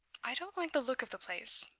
i don't like the look of the place,